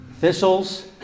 thistles